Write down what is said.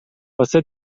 واسه